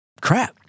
crap